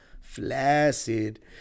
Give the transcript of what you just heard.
flaccid